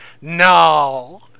No